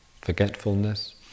forgetfulness